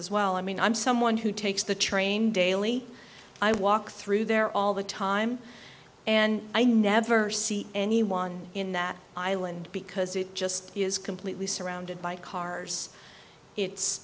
as well i mean i'm someone who takes the train daily i walk through there all the time and i never see anyone in that island because it just is completely surrounded by cars it's